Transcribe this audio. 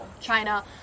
China